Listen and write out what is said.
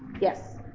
Yes